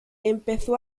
empezó